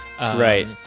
right